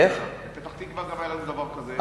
גם בפתח-תקווה היה דבר כזה.